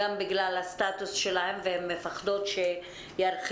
גם בגלל הסטטוס שלהן והן מפחדות שירחיקו